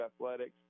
athletics